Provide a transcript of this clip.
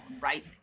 right